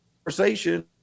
conversation